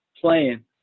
playing